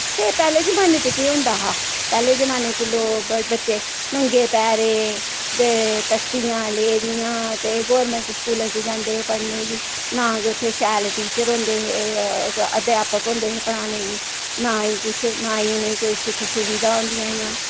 ते पैह्ले जमाने च केह् होंदा हा पैह्ले जमाने च लोक बच्चे नंगे पैरें ते तख्तियां लेदियां ते गोरमैंट स्कूलें च जन्दे हे पढ़ने गी ना गै उत्थै शैल टीचर होंदे हे अध्यापक होंदे हे पढ़ाने गी ना ही कुछ ना ही उ'ने कोई सुख सुविधा होंदियां हियां